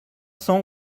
cents